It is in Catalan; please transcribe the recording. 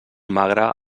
magre